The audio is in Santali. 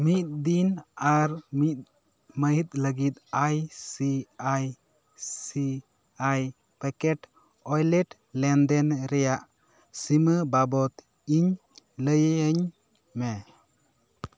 ᱢᱤᱫ ᱫᱤᱱ ᱟᱨ ᱢᱤᱫ ᱢᱟᱹᱦᱤᱛ ᱞᱟᱹᱜᱤᱫ I C I C I pocket wallet ᱞᱮᱱᱫᱮᱱ ᱨᱮᱭᱟᱜ ᱥᱤᱢᱟᱹ ᱵᱟᱵᱚᱫ ᱤᱧ ᱞᱟᱹᱭᱟᱹᱧ ᱢᱮ